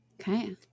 Okay